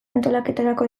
antolaketarako